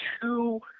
two